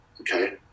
okay